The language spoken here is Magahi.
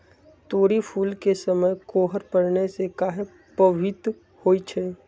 तोरी फुल के समय कोहर पड़ने से काहे पभवित होई छई?